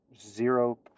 Zero